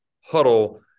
huddle